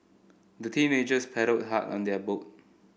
the teenagers paddled hard on their boat